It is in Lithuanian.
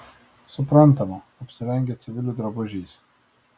suprantama apsirengę civilių drabužiais